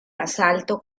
basalto